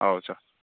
ꯑꯧ ꯁꯥꯔ